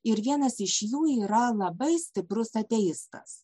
ir vienas iš jų yra labai stiprus ateistas